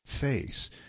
face